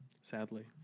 Sadly